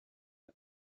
him